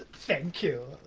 thank you,